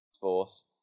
force